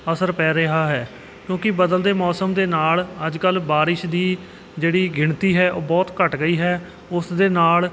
ਅਸਰ ਪੈ ਰਿਹਾ ਹੈ ਕਿਉਂਕਿ ਬਦਲਦੇ ਮੌਸਮ ਦੇ ਨਾਲ ਅੱਜ ਕੱਲ੍ਹ ਬਾਰਿਸ਼ ਦੀ ਜਿਹੜੀ ਗਿਣਤੀ ਹੈ ਉਹ ਬਹੁਤ ਘੱਟ ਗਈ ਹੈ ਉਸ ਦੇ ਨਾਲ